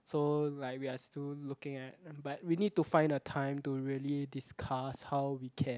so like we're still looking at but we need to find a time to really discuss how we can